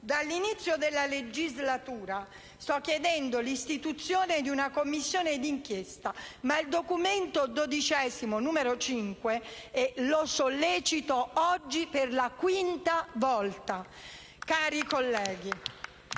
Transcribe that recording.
Dall'inizio della legislatura sto chiedendo l'istituzione di una Commissione d'inchiesta, ma il Documento XXII, n. 5 (che oggi sollecito per la quinta volta, cari colleghi),